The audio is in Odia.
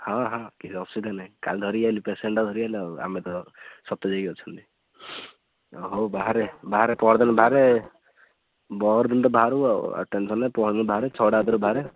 ହଁ ହଁ କିଛି ଅସୁବିଧା ନାଇ କାଲି ଧରିକି ଆଇଲି ପେସେଣ୍ଟ ଟା ଧରିକି ଆଇଲି ଆଉ ଆମେ ତ ସତେଜ ହେଇକି ଅଛନ୍ତି ହଉ ବାହାରେ ବାହାରେ ପହରଦିନ ବାହାରେ ପହରଦିନ ତ ବାହାରୁବୁ ଆଉ ଆଉ ଟେନ୍ସନ୍ ନାଇ ପହରଦିନ ବାହାରେ ଛଅଟା ଅଧେରେ ବାହାରେ